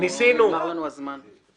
נגמר לנו הזמן.